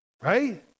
right